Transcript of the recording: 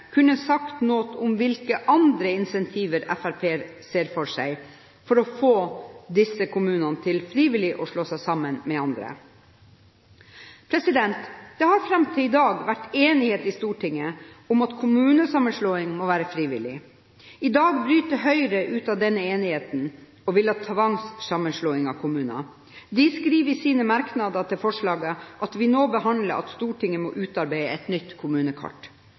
noe om hvilke andre incentiver Fremskrittspartiet ser for seg for å få disse kommunene til frivillig å slå seg sammen med andre. Det har fram til i dag vært enighet i Stortinget om at kommunesammenslåing må være frivillig. I dag bryter Høyre ut av denne enigheten og vil ha tvangssammenslåing av kommuner. De skriver i sine merknader til forslaget som vi nå behandler, at Stortinget må utarbeide et nytt kommunekart.